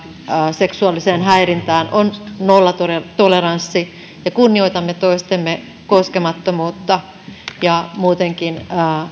seksuaaliseen häirintään on nollatoleranssi ja kunnioitamme toistemme koskemattomuutta ja muutenkin